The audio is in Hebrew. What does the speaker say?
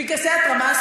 פנקסי התרמה.